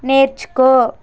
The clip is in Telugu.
నేర్చుకో